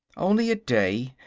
only a day.